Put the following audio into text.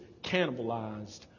cannibalized